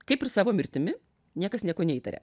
kaip ir savo mirtimi niekas nieko neįtaria